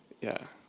yeah,